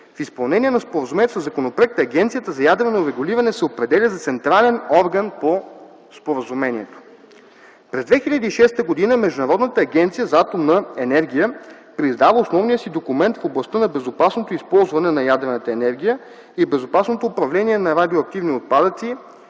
В изпълнение на споразумението със законопроекта Агенцията за ядрено регулиране се определя за централен орган по споразумението. През 2006 г. Международната агенция за атомна енергия преиздава основния си документ в областта на безопасното използване на ядрената енергия и безопасното управление на радиоактивни отпадъци